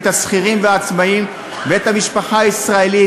את השכירים והעצמאים ואת המשפחה הישראלית,